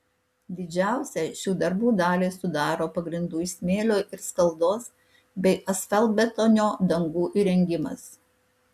didžiausią šių darbų dalį sudaro pagrindų iš smėlio ir skaldos bei asfaltbetonio dangų įrengimas